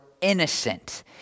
innocent